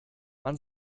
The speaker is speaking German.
man